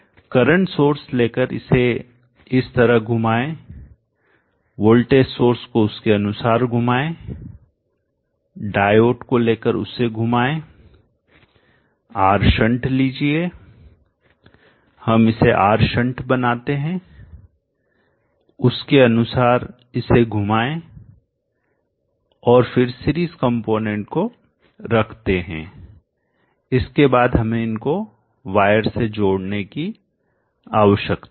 current source लेकर इसे इस तरह घुमाएं वोल्टेज सोर्स को उसके अनुसार घुमाएं डायोड को लेकर उसे घुमाएं R शंट लीजिए हम इसे R शंट बनाते हैं उसके अनुसार इसे घुमाएं और फिर सीरीज कंपोनेंट को रखते हैं इसके बाद हमें इनको वायर से जोड़ने की आवश्यकता है